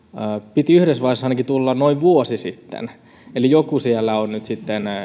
piti ainakin yhdessä vaiheessa tulla noin vuosi sitten eli joku siellä on sitten